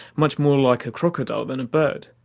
much more like a crocodile than a bird.